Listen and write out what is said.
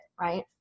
right